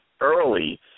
early